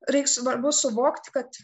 reik svarbu suvokti kad